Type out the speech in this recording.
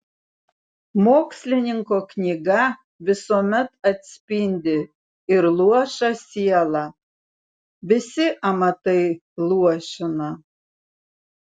mokslininko knyga visuomet atspindi ir luošą sielą visi amatai luošina